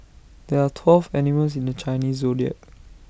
there are twelve animals in the Chinese Zodiac